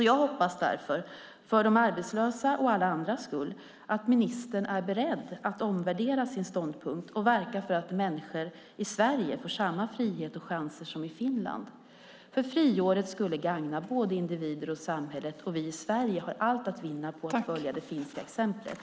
Jag hoppas därför för de arbetslösas och alla andras skull att ministern är beredd att omvärdera sin ståndpunkt och verka för att människor i Sverige får samma frihet och chanser som i Finland. Friåret skulle gagna både individer och samhället, och vi i Sverige har allt att vinna på att följa det finländska exemplet.